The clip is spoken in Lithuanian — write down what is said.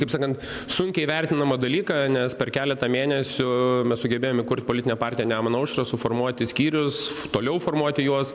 kaip sakan sunkiai vertinamą dalyką nes per keletą mėnesių mes sugebėjom įkurt politinę partiją nemuno aušrą suformuoti skyrius toliau formuoti juos